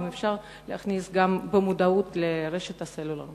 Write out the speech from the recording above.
אם אפשר, להכניס גם במודעות לרשת הסלולר.